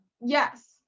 yes